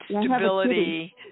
stability